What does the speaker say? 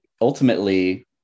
ultimately